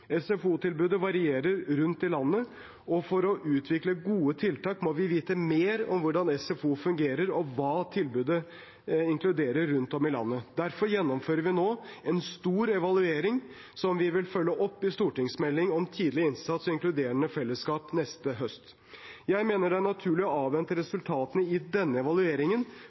varierer rundt om i landet, og for å utvikle gode tiltak må vi vite mer om hvordan SFO fungerer, og hva tilbudet inkluderer rundt om i landet. Derfor gjennomfører vi nå en stor evaluering, som vi vil følge opp i stortingsmeldingen om tidlig innsats og inkluderende fellesskap neste høst. Jeg mener det er naturlig å avvente resultatene av denne evalueringen